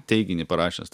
teiginį parašęs